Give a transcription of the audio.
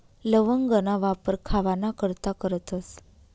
लवंगना वापर खावाना करता करतस